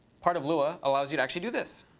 part of lua allows you to actually do this.